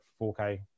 4k